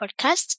podcast